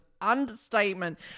understatement